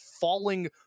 falling